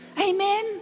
Amen